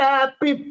Happy